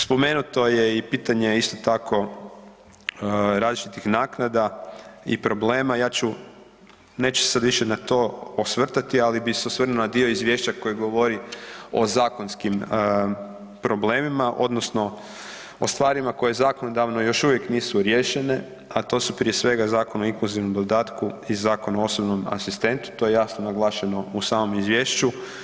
Spomenuto je i pitanje isto tako različitih naknada i problema, neću se sada više na to osvrtati, ali bih se osvrnuo na dio izvješća koji govori o zakonskim problemima odnosno o stvarima koje zakonodavno još uvijek nisu riješene, a to su prije svega Zakon o inkluzivnom dodatku i Zakon o osobnom asistentu, to je jasno naglašeno u samom izvješću.